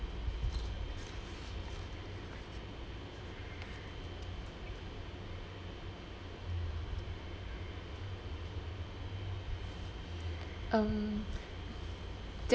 um